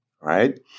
right